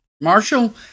Marshall